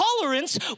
Tolerance